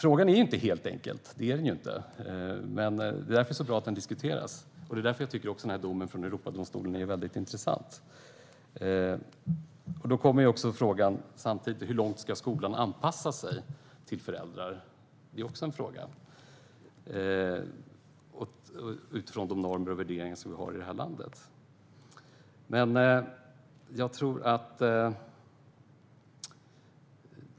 Det är inte en helt enkel fråga, men därför är det bra att den diskuteras. Därför tycker jag också att domen från Europadomstolen är intressant, för då kommer frågan: Hur långt ska skolan anpassa sig till föräldrarna, utifrån de normer och värderingar som vi har i detta land?